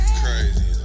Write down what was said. crazy